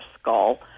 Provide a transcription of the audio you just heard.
skull